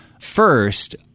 First